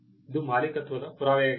ಇದು ಮಾಲೀಕತ್ವದ ಪುರಾವೆಯಾಗಿದೆ